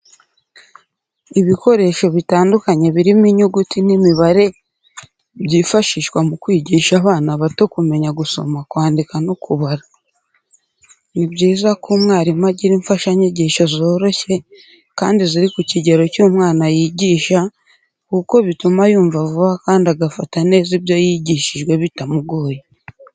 Ibikoresho bitandukanye birimo inyuguti n'imibare byifashishwa mu kwigisha abana bato kumenya gusoma kwandika no kubara. Ni byiza ko umwarimu agira imfashanyigisho zoroshye kandi ziri ku kigero cy'umwana yigisha kuko bituma yumva vuba kandi agafata neza ibyo yigishijwe bitamugoye